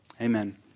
Amen